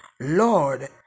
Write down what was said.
Lord